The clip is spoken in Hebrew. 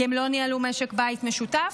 כי הם לא ניהלו משק בית משותף,